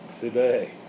today